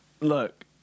Look